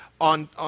on